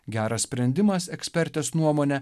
geras sprendimas ekspertės nuomone